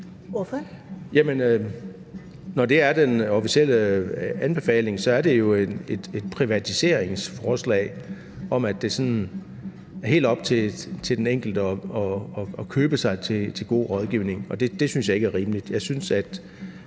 Når det er den officielle anbefaling, er det jo et privatiseringsforslag om, at det sådan er helt op til den enkelte at købe sig til god rådgivning, og det synes jeg ikke er rimeligt.